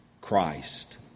Christ